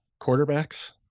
quarterbacks